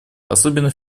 особенно